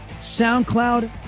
soundcloud